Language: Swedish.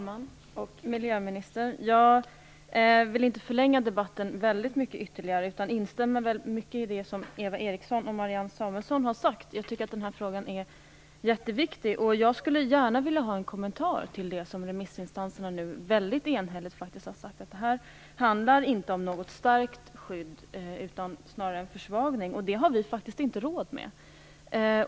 Fru talman! Miljöministern! Jag vill inte förlänga debatten så mycket ytterligare. Jag instämmer till stor del i det som Eva Eriksson och Marianne Samuelsson har sagt. Jag tycker att den här frågan är jätteviktig. Jag skulle gärna vilja ha en kommentar till det som remissinstanserna enhälligt har sagt, nämligen att detta inte handlar om något starkt skydd utan snarare om en försvagning. Detta har vi faktiskt inte råd med.